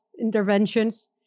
interventions